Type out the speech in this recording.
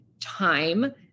time